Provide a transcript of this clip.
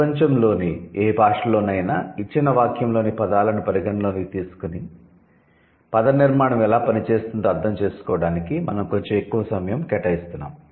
ప్రపంచంలోని ఏ భాషలోనైనా ఇచ్చిన వాక్యంలోని పదాలను పరిగణనలోకి తీసుకుని పదనిర్మాణం ఎలా పనిచేస్తుందో అర్థం చేసుకోవడానికి మనం కొంచెం ఎక్కువ సమయం కేటాయిస్తున్నాము